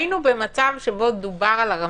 אנחנו רואים שאחת הבעיות שלו שהוא מגיב מהר מדי.